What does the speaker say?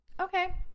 okay